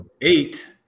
eight